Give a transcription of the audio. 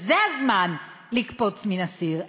זה הזמן לקפוץ מן הסיר.